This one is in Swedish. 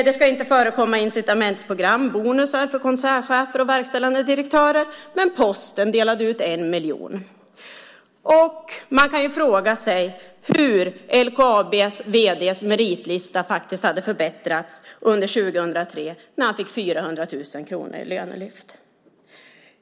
Det ska inte förekomma incitamentsprogram, bonusar för koncernchefer och verkställande direktörer, men Posten delade ut 1 miljon. Och man kan fråga sig hur LKAB:s vd:s meritlista faktiskt hade förbättrats under 2003 när han fick 400 000 kronor i lönelyft.